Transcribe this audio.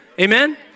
Amen